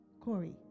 Corey